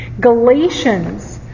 Galatians